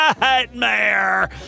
nightmare